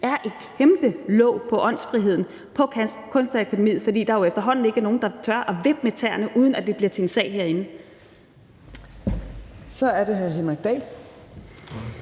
er et kæmpe låg på åndsfriheden på Kunstakademiet, fordi der efterhånden ikke er nogen, der tør vippe med tæerne, uden at det bliver til en sag herinde. Kl. 18:31 Fjerde